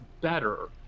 better